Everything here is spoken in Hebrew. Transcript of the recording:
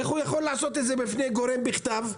איך הוא יכול לעשות את זה בפני גורם בכתב?